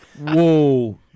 Whoa